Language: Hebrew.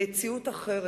מציאות אחרת.